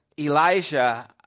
Elijah